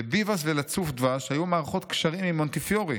לביבאס ולצוף דב"ש היו מערכות קשרים עם מונטיפיורי.